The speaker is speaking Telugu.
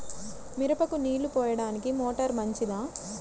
మిరపకు నీళ్ళు పోయడానికి మోటారు మంచిదా?